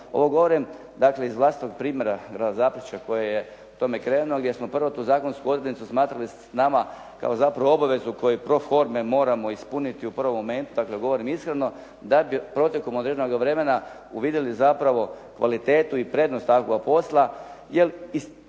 Ovo govorim dakle iz vlastitog primjera grada Zaprešića koji je tome krenuo gdje smo prvo tu zakonsku odrednicu smatrali nama kao zapravo obavezu koju pro forme moramo ispuniti u prvom momentu, dakle govorim iskreno, da bi protekom od jednoga vremena uvidjeli zapravo kvalitetu i prednost takvoga posla jer iz